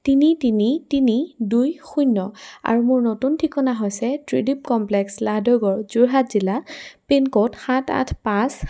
তিনি তিনি তিনি দুই শূন্য আৰু মোৰ নতুন ঠিকনা হৈছে ত্ৰিডীপ কমপ্লেক্স লাদগড়ত যোৰহাট জিলা পিন ক'ড সাত আঠ পাঁচ